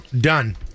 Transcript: Done